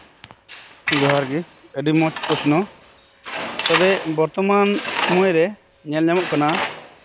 ᱡᱚᱦᱟᱨ ᱜᱮ ᱟᱹᱰᱤ ᱢᱚᱸᱡᱽ ᱯᱚᱥᱱᱚ ᱛᱚᱵᱮ ᱵᱚᱨᱛᱚᱢᱟᱱ ᱥᱚᱢᱚᱭ ᱨᱮ ᱧᱮᱞ ᱧᱟᱢᱚᱜ ᱠᱟᱱᱟ